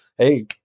hey